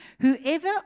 Whoever